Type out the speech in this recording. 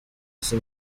izi